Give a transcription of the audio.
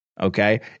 Okay